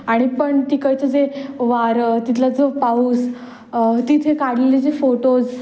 आणि पण तिकडचं जे वारं तिथला जो पाऊस तिथे काढलेले जे फोटोज